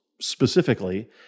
specifically